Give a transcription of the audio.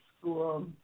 school